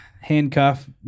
handcuff